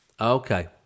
Okay